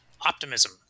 optimism